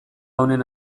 honen